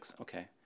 okay